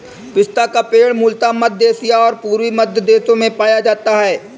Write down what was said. पिस्ता का पेड़ मूलतः मध्य एशिया और पूर्वी मध्य देशों में पाया जाता है